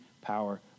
power